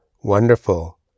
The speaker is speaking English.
Wonderful